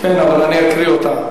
כן, אבל אקריא אותה.